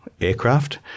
aircraft